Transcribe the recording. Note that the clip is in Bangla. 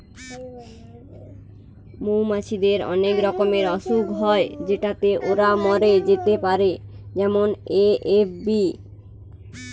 মৌমাছিদের অনেক রকমের অসুখ হয় যেটাতে ওরা মরে যেতে পারে যেমন এ.এফ.বি